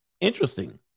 Interesting